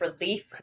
relief